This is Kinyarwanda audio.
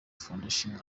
foundation